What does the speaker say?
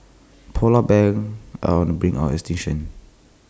Polar Bears are on the brink of extinction